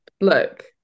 Look